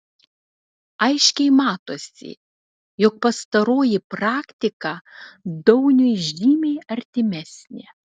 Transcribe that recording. aiškiai matosi jog pastaroji praktika dauniui žymiai artimesnė